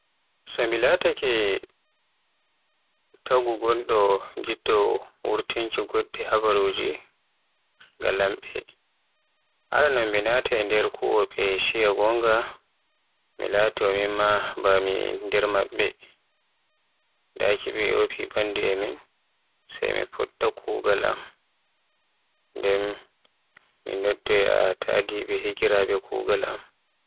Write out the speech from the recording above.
So ni mi laatake tado ngondo ngiɗɗo wurkinki goɗɗe habaaruji ga lamɓe. Aranon mi naatay nder kuwoɓe ciiya gonga mi laato mimma ba mi nder maɓɓe, daki to ɓe yofi ɓandu e min sai fuɗɗa kuugal am. Nden mi noddoya tadiɓe higiraaɓe kuugal am.